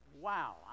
wow